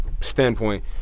standpoint